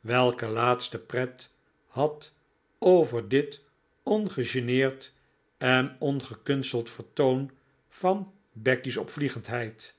welke laatste pret had over dit ongegeneerd en ongekunsteld vertoon van becky's opvliegendheid